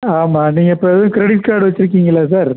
ஆமாம் நீங்கள் இப்போ எதுவும் க்ரெடிட் கார்டு வைச்சுருக்கீங்களா சார்